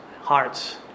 hearts